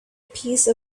piece